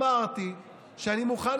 אמרתי שאני מוכן,